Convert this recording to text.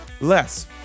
less